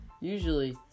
Usually